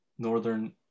Northern